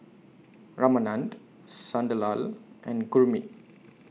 Ramanand Sunderlal and Gurmeet